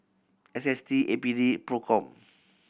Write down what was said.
S S T A P D Procom